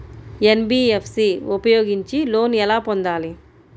NBFC ఉపయోగించి loan ఎలా పొందాలి?